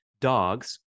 dogs